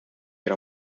era